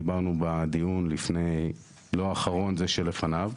דיברנו בדיון לא האחרון, בזה שלפניו,